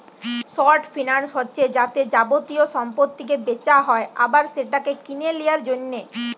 short finance হচ্ছে যাতে যাবতীয় সম্পত্তিকে বেচা হয় আবার সেটাকে কিনে লিয়ার জন্যে